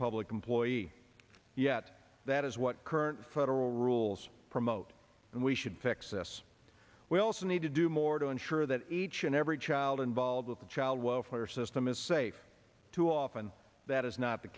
public employee yet that is what current federal rules promote and we should fix this we also need to do more to ensure that each and every child involved with the child welfare system is safe too often that is not the